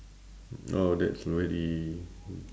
oh that's very